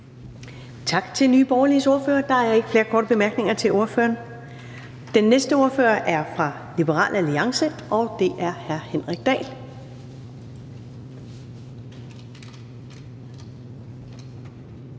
Tak til den radikale ordfører. Der er ikke flere korte bemærkninger til ordføreren. Den næste ordfører er fra SF, og det er fru Halime Oguz.